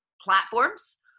platforms